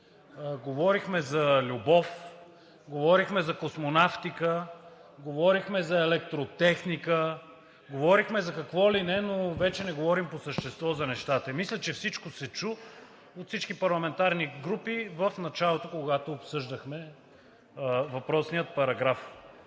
Говорихме за любов, говорихме за космонавтика, говорихме за електротехника, говорихме за какво ли не, но вече не говорим по същество за нещата. Мисля, че всичко се чу от всички парламентарни групи в началото, когато обсъждахме въпросния параграф.